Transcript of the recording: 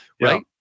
right